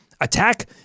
attack